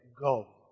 Go